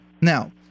Now